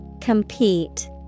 Compete